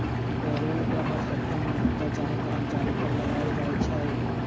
payroll कर हरसठ्ठो नियोक्ता चाहे कर्मचारी पर लगायल जाइ छइ